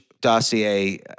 dossier